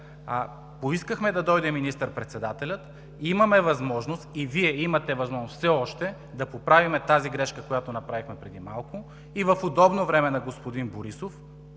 Поискахме да дойде министър-председателят. Имаме възможност, и Вие имате възможност, все още да поправим тази грешка, която направихме преди малко и в удобно време за господин Борисов,